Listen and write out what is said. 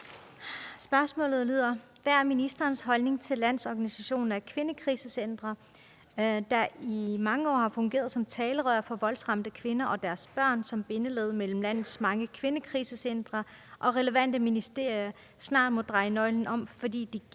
Spørgsmålet lyder: Hvad er ministerens holdning til, at Landsorganisationen af kvindekrisecentre, der i mange år har fungeret som talerør for voldsramte kvinder og deres børn og som bindeled mellem landets mange kvindekrisecentre og relevante ministerier, snart må dreje nøglen om, fordi de igen